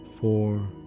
Four